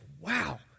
wow